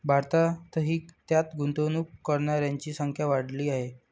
भारतातही त्यात गुंतवणूक करणाऱ्यांची संख्या वाढली आहे